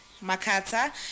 Makata